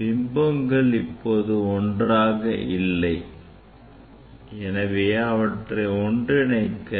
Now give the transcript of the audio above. பிம்பங்கள் இப்போது ஒன்றாக இல்லை எனவே அவற்றை ஒன்றிணைக்க